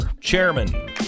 Chairman